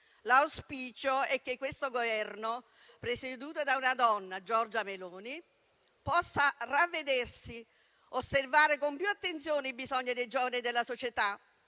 L'auspicio è che questo Governo, presieduto da una donna, Giorgia Meloni, possa ravvedersi, osservare con più attenzione i bisogni dei giovani e della società,